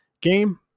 game